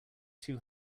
too